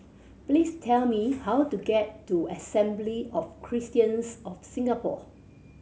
please tell me how to get to Assembly of Christians of Singapore